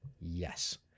yes